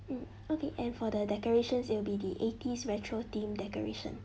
hmm okay and for the decorations it'll be the eighties retro theme decoration